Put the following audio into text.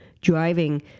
driving